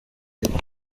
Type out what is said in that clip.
ariko